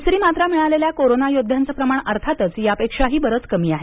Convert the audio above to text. दुसरी मात्रा मिळालेल्या कोरोना योद्ध्यांचं प्रमाण अर्थातच यापेक्षाही बरंच कमी आहे